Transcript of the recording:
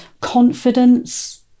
confidence